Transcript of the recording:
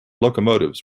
locomotives